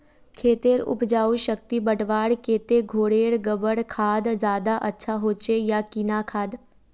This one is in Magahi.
खेतेर उपजाऊ शक्ति बढ़वार केते घोरेर गबर खाद ज्यादा अच्छा होचे या किना खाद?